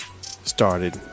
started